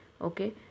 okay